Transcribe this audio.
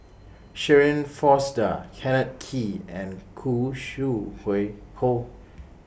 Shirin Fozdar Kenneth Kee and Khoo Sui Hui Hoe